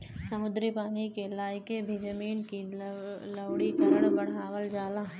समुद्री पानी के लियाके भी जमीन क लवणीकरण बढ़ावल जाला